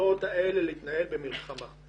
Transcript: היחידות הנזכרות להתנהל בזמן מלחמה.